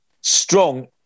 strong